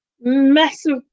massive